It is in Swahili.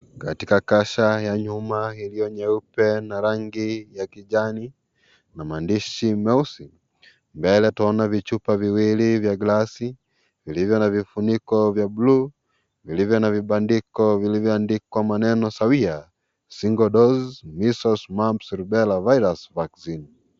Katika kasha ya nyuma iliyo nyeupe na rangi ya kijani na maandishi meusi , mbele tunaona vichupa viwili vya glasi vyenye vifuniko vya blue , vilivyo na vibandiko vilivyoandikwa maneno sawia Single Dose Measles, Mumps, Rubella Virus Vaccine .